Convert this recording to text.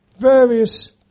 various